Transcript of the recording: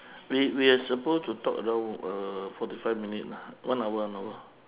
we we are suppose to talk around uh forty five minutes lah one hour one hour